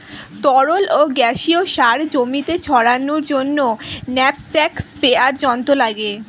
তরল ও গ্যাসীয় সার জমিতে ছড়ানোর জন্য ন্যাপস্যাক স্প্রেয়ার যন্ত্র লাগে